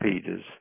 Peters